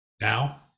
Now